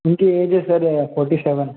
उनकी एज है sir forty seven